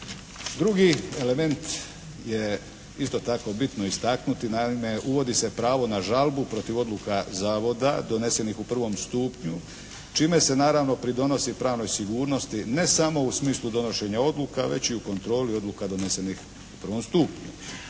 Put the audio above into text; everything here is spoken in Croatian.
Drugi element je isto tako bitno istaknuti. Naime, uvodi se pravo na žalbu protiv odluka zavoda donesenih u prvom stupnju čime se naravno pridonosi pravnoj sigurnosti ne samo u smislu donošenja odluka već i u kontroli odluka donesenih u prvom stupnju.